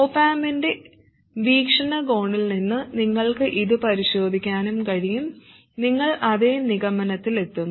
op ആമ്പിന്റെ വീക്ഷണകോണിൽ നിന്ന് നിങ്ങൾക്ക് ഇത് പരിശോധിക്കാനും കഴിയും നിങ്ങൾ അതേ നിഗമനത്തിലെത്തും